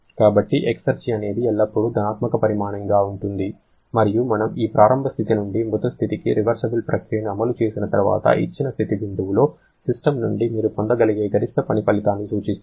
కాబట్టి ఎక్సర్జీ అనేది ఎల్లప్పుడూ ధనాత్మక పరిమాణంగా ఉంటుంది మరియు మనము ఆ ప్రారంభ స్థితి నుండి మృతడెడ్ స్థితికి రివర్సిబుల్ ప్రక్రియను అమలు చేసిన తర్వాత ఇచ్చిన స్థితి బిందువులో సిస్టమ్ నుండి మీరు పొందగలిగే గరిష్ట పని ఫలితాన్ని సూచిస్తుంది